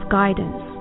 guidance